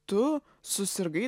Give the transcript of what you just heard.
tu susirgai